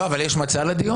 לא, אבל יש מצע לדיון?